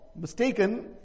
mistaken